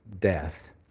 death